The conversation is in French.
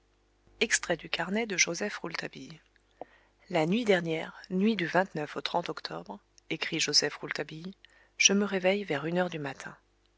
extrait du carnet de rouletabille la nuit dernière nuit du au octobre écrit joseph rouletabille je me réveille vers une heure du matin